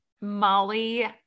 Molly